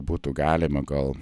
būtų galima gal